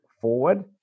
forward